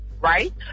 right